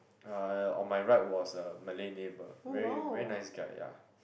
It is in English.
uh on my right was a malay neighbour very very nice guy ya